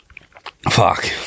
Fuck